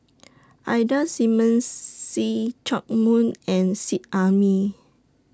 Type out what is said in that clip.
Ida Simmons See Chak Mun and Seet Ai Mee